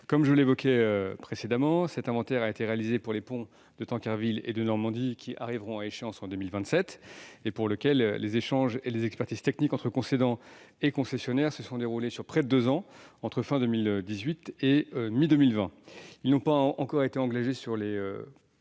Comme je l'évoquais précédemment, cet inventaire a été réalisé pour les ponts de Tancarville et de Normandie qui arriveront à échéance en 2027 et pour lesquels les échanges et les expertises techniques entre concédant et concessionnaire se sont déroulés sur près de deux ans entre la fin de 2018 et la mi-2020. La discussion n'a pas encore été engagée sur les